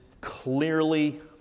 clearly